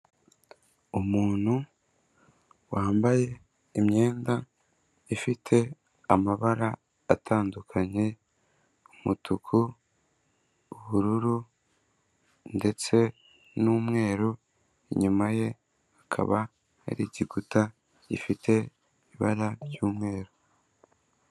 Umuntu wambaye imyenda ifite amabara atandukanye umutuku, ubururu ndetse n'umweru. Inyuma ye hakaba hari igikuta gifite ibara ry'umweru.